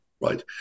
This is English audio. right